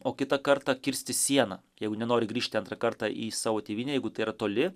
o kitą kartą kirsti sieną jeigu nenori grįžti antrą kartą į savo tėvynę jeigu tai yra toli